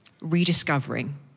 rediscovering